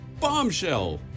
Bombshell